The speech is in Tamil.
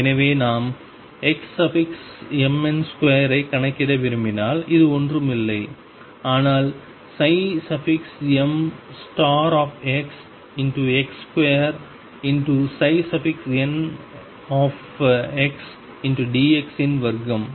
எனவே நாம் xmn2 ஐக் கணக்கிட விரும்பினால் இது ஒன்றுமில்லை ஆனால் mxx2ndx இன் வர்க்கம்